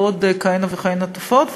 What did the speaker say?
ועוד כהנה וכהנה תופעות,